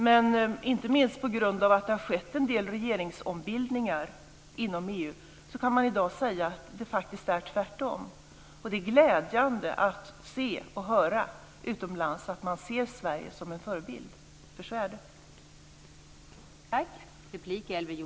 Men inte minst på grund av att det har skett en del regeringsombildningar inom EU kan man i dag säga att det faktiskt är tvärtom. Det är glädjande att se och höra utomlands att man ser Sverige som en förebild, för så är det.